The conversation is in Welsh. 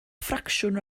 ffracsiwn